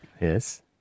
Yes